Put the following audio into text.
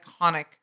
iconic